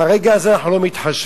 מהרגע הזה אנחנו לא מתחשבים